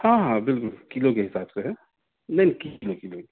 ہاں ہاں بالکل کلو کے حساب سے ہے نہیں کلو کلو